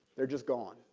they're just gone.